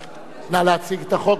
נא להציג את החוק, גברתי.